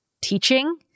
teaching